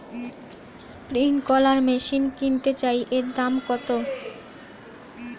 Sprinkler machine কিনতে চাই এর দাম কত?